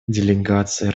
делегацией